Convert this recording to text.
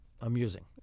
amusing